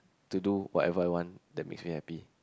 to do whatever I want that be very happy